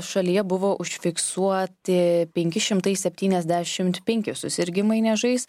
šalyje buvo užfiksuoti penki šimtai septyniasdešimt penki susirgimai niežais